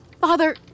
Father